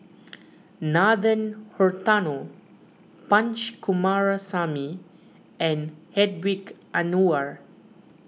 Nathan Hartono Punch Coomaraswamy and Hedwig Anuar